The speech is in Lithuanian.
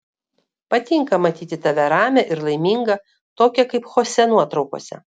patinka matyti tave ramią ir laimingą tokią kaip chosė nuotraukose